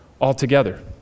altogether